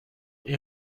این